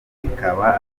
zikaba